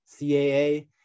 CAA